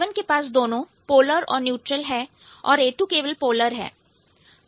A1 के पास दोनों पोलर और न्यूट्रल है और A2 केवल पोलर है